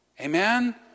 Amen